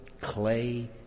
clay